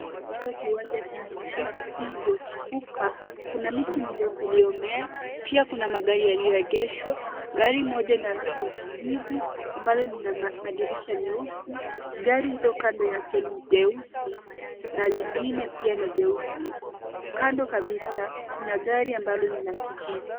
Katika kiwanja chenye nyasi iliyochipuka, kuna miti mirefu iliyomea. Pia, kuna magari yaliyoegeshwa. Gari moja lina rangi ya kijivu ambalo lina madirisha meusi . Gari lililo kando yake ni jeusi na lingine pia ni jeusi. Kando kabisa, kuna gari ambalo ni la kijivu .